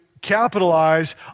capitalize